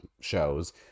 shows